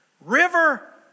river